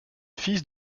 fils